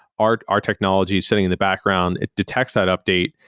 our our technology is sitting in the background, it detects that update,